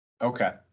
Okay